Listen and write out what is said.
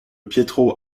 pietro